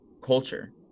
culture